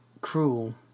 cruel